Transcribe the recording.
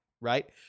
Right